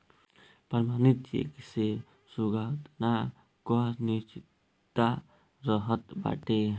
प्रमाणित चेक से भुगतान कअ निश्चितता रहत बाटे